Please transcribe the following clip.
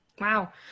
wow